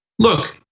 look,